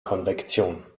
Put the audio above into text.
konvektion